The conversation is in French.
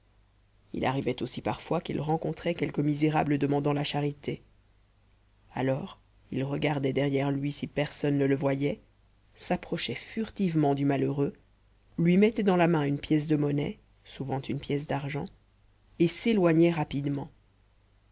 il arrivait aussi parfois qu'il rencontrait quelque misérable demandant la charité alors il regardait derrière lui si personne ne le voyait s'approchait furtivement du malheureux lui mettait dans la main une pièce de monnaie souvent une pièce d'argent et s'éloignait rapidement